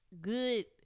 good